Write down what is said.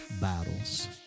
battles